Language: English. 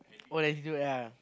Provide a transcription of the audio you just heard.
old ass dude ah